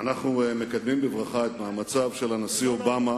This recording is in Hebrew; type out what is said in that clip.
אנחנו מקדמים בברכה את מאמציו של הנשיא אובמה